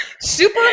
super